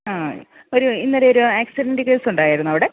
ആ ഒരു ഇന്നലെ ഒരു ആക്സിഡന്റ് കേസ് ഉണ്ടായിരുന്നോ അവിടെ